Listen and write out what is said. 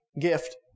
gift